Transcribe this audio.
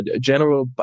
general